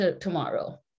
tomorrow